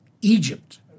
Egypt